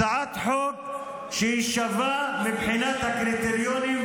הצעת חוק שהיא שווה מבחינת הקריטריונים,